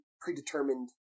predetermined